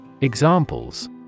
Examples